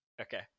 Okay